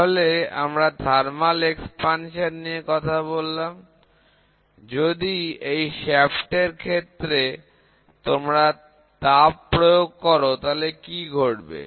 তাহলে আমরা তাপীয় প্রসারণ নিয়ে কথা বললাম যদি এই শ্যাফট এর ক্ষেত্রে তোমরা তাপ প্রয়োগ করো তাহলে কি ঘটবে